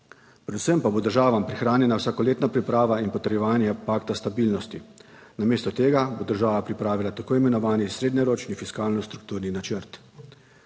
Predvsem pa bo državam prihranjena vsakoletna priprava in potrjevanje pakta stabilnosti, namesto tega bo država pripravila tako imenovani srednjeročni fiskalno strukturni načrt.